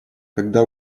когда